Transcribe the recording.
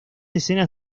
escenas